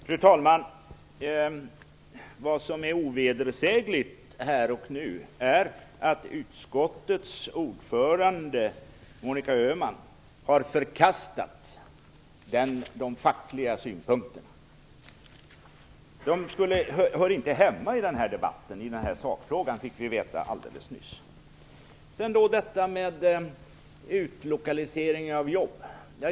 Fru talman! Vad som är ovedersägligt här och nu är att utskottets ordförande Monica Öhman har förkastat de fackliga synpunkterna. De hör inte hemma i denna debatt, i sakfrågan, fick vi veta alldeles nyss. Sedan talar hon om utlokalisering av jobb.